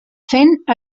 fent